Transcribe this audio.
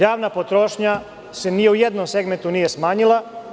Javna potrošnja se ni u jednom segmentu nije smanjila.